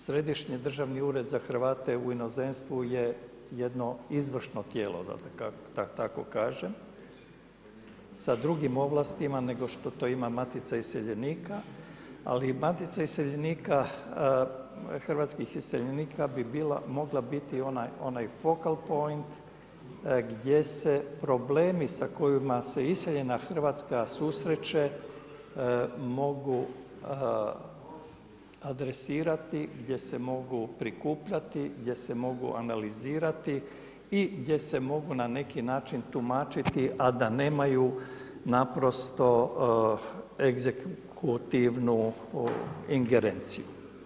Središnji državni ured za Hrvate u inozemstvu je jedno izvršno tijelo da tako kažem, sa drugim ovlastima nego što to ima Matica iseljenika, ali Matica hrvatskih iseljenika bi mogla biti onaj focal point gdje se problemi sa kojim se iseljena Hrvatska susreće mogu adresirati, gdje se mogu prikupljati, gdje se mogu analizirati i gdje se mogu na neki način tumačiti a da nemaju naprosto egzekutivnu ingerenciju.